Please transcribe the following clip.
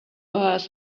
earth